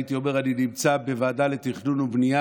הייתי אומר: אני נמצא בוועדה לתכנון ובנייה